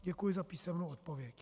Děkuji za písemnou odpověď.